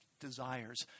desires